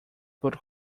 por